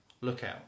lookout